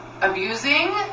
abusing